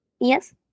Yes